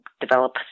develop